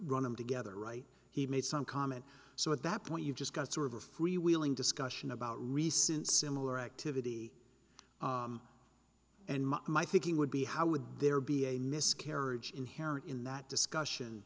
running together right he made some comment so at that point you just got sort of a free wheeling discussion about recent similar activity and my thinking would be how would there be a miscarriage inherent in that discussion